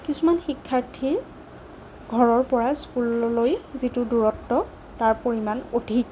কিছুমান শিক্ষাৰ্থীৰ ঘৰৰ পৰা স্কুললৈ যিটো দূৰত্ব তাৰ পৰিমাণ অধিক